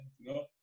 No